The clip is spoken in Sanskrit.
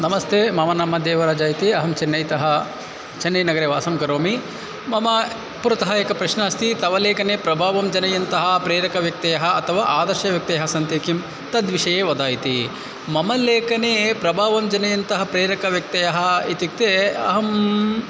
नमस्ते मम नाम देवराजः इति अहं चेन्नैतः चेन्नैनगरे वासं करोमि मम पुरतः एक प्रश्नः अस्ति तव लेखने प्रभावं जनयन्तः प्रेरकव्यक्तयः अथवा आदर्शव्यक्त्ययः सन्ति किं तद्विषये वद इति मम लेखने प्रभावं जनयन्तः प्रेरकव्यक्तयः इत्युक्ते अहं